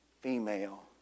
female